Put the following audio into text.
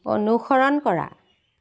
অনুসৰণ কৰা